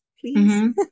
please